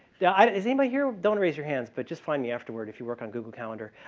yeah and is anybody here don't raise your hands, but just find me afterward if you work on google calendar.